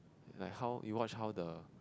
like how you watch how the